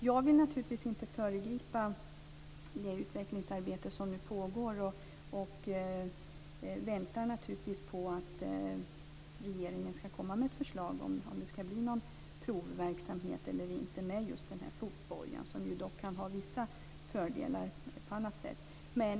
Jag vill naturligtvis inte föregripa det utvecklingsarbete som nu pågår och väntar på att regeringen skall komma med ett förslag - på om det skall bli någon provverksamhet med just fotbojan eller inte. Den kan ha vissa fördelar på annat sätt.